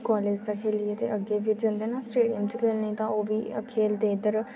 college दा खेढियै ते अग्गें बी जंदे न स्टेडियम च खेढने तां ओह् बी खेढदे इद्धर